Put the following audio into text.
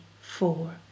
four